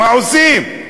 מה עושים?